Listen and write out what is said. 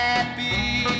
Happy